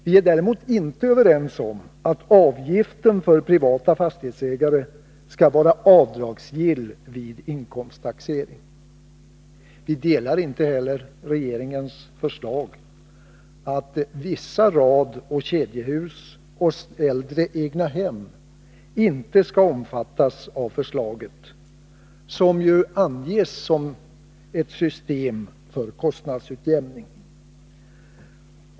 Vi är däremot inte överens med socialdemokraterna om att avgiften för privata fastighetsägare skall vara avdragsgill vid inkomsttaxering. Vi delar inte heller regeringens uppfattning att vissa radoch kedjehus och äldre egnahem inte skall omfattas av förslaget, som ju anges som ett system för kostnadsutjämning.